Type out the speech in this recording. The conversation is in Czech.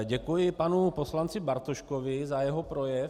Děkuji panu poslanci Bartoškovi za jeho projev.